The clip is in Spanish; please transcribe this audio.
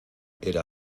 era